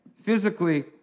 Physically